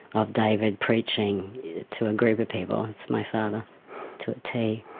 of david preaching to a group of people that's my father to a tee.